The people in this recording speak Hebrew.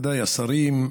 מכובדיי השרים,